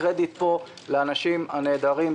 הקרדיט פה לאנשים הנהדרים,